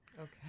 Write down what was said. Okay